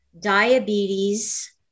diabetes